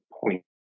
point